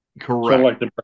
Correct